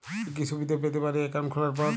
কি কি সুবিধে পেতে পারি একাউন্ট খোলার পর?